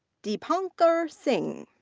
deepankar singh.